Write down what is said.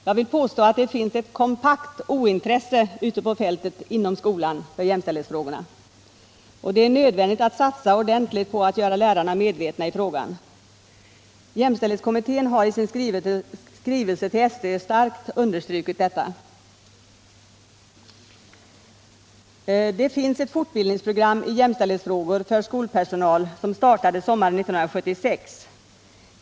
Jag vill påstå att det finns ett kompakt ointresse ute på fältet inom skolan för jämställdhetsfrågorna. Och det är nödvändigt att satsa ordentligt på att göra lärarna medvetna i frågan. Jämställdhetskommittén har i sin skrivelse till skolöverstyrelsen starkt understrukit detta. Det finns ett fortbildningsprogram i jämställdhetsfrågor för skolpersonal som startade sommaren 1976.